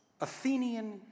Athenian